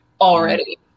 already